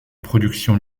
productions